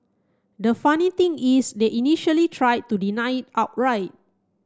the funny thing is they initially try to deny outright